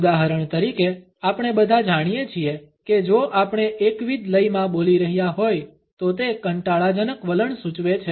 ઉદાહરણ તરીકે આપણે બધા જાણીએ છીએ કે જો આપણે એકવિધ લયમાં બોલી રહ્યા હોય તો તે કંટાળાજનક વલણ સૂચવે છે